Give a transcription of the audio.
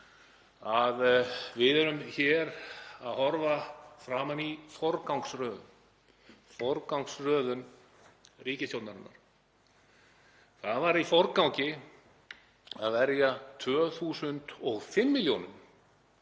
að við erum hér að horfa framan í forgangsröðun ríkisstjórnarinnar. Það var í forgangi að verja 2.005 millj.